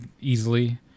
easily